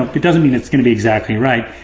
it doesn't mean it's going to be exactly right.